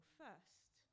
first